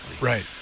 right